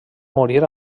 morir